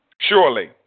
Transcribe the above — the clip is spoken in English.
Surely